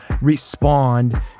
respond